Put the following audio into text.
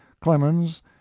Clemens